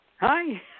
Hi